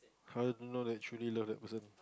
how do you know that you truly love that person